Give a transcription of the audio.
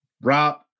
Rob